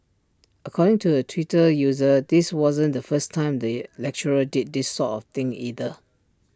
according to A Twitter user this wasn't the first time the lecturer did this sort of thing either